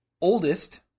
oldest